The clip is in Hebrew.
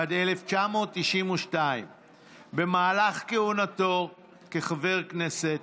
עד 1992. במהלך כהונתו כחבר כנסת,